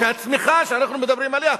שהצמיחה שאנחנו מדברים עליה,